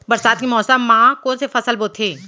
बरसात के मौसम मा कोन से फसल बोथे?